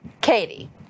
Katie